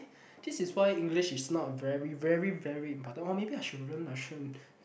this is why English is not very very very important or maybe I should learn Russian